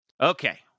Okay